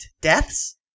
Deaths